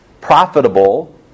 profitable